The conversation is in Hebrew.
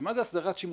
מה זה הסדרת שימושים?